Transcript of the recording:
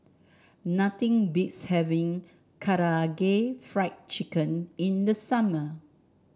nothing beats having Karaage Fried Chicken in the summer